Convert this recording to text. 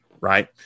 right